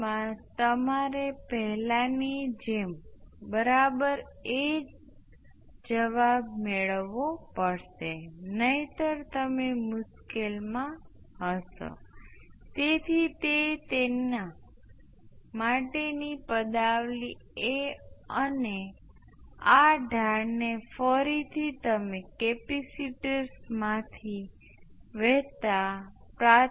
t માટે I 2 એ ખરેખર એ I 2 ના અનંત માટેના સમાન સામાન્ય સ્વરૂપ અનંત માટે I 2 I 2 નું 0 I 2 અનંતનું ઘાતાંકીય t ટાઉ ટાઉ પણ ચોક્કસપણે સમાન છે અને અનંત ના I 2 માટે R 1 R1 R 2 × I s L 1 L 1 L 2 × I s R 1 R 1 R 2 × I s ઘાતાંકીય t ટાઉ